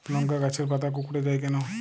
লংকা গাছের পাতা কুকড়ে যায় কেনো?